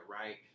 right